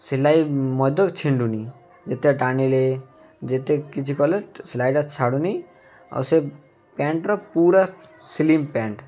ସିଲାଇ ମଧ୍ୟ ଛିଣ୍ଡୁନି ଯେତେ ଟାଣିଲେ ଯେତେ କିଛି କଲେ ସିଲାଇଟା ଛାଡ଼ୁନି ଆଉ ସେ ପ୍ୟାଣ୍ଟ୍ର ପୁରା ସ୍ଲିମ୍ ପ୍ୟାଣ୍ଟ୍